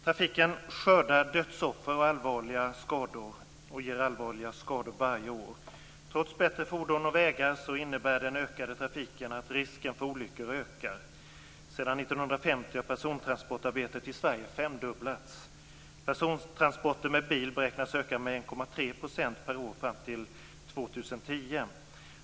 Trafiken skördar dödsoffer och ger allvarliga skador varje år. Trots bättre fordon och vägar innebär den ökade trafiken att risken för olyckor ökar. Sedan 1950 har persontransportarbetet i Sverige femdubblats. Persontransporter med bil beräknas öka med 1,3 % per år fram till 2010.